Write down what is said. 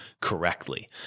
correctly